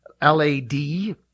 L-A-D